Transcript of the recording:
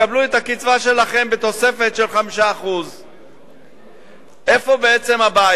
הקצבה שלכם בתוספת 5%. איפה בעצם הבעיה,